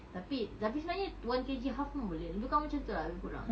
tapi tapi sebenarnya one K_G half pun boleh lebih kurang macam tu lah lebih kurang